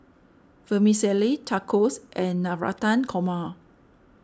Vermicelli Tacos and Navratan Korma